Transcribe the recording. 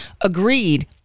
agreed